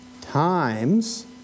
times